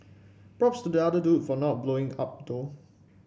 props to the other dude for not blowing up though